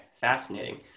fascinating